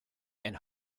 and